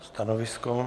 Stanovisko?